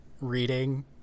reading